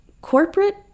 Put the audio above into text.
Corporate